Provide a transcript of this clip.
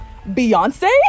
Beyonce